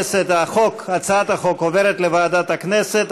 הצעת החוק עוברת לוועדת הכנסת.